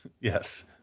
yes